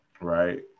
right